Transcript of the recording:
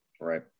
Right